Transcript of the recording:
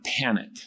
panic